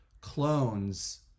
clones